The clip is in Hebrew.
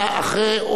אכרם חסון.